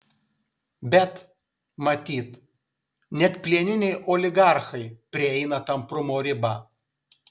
bet matyt net plieniniai oligarchai prieina tamprumo ribą